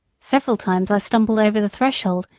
several times i stumbled over the threshold,